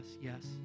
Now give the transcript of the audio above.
yes